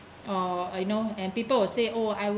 or or you know and people will say oh I will